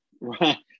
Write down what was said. Right